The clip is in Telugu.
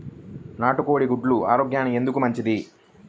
నాటు కోడి గుడ్లు ఆరోగ్యానికి ఎందుకు మంచిది?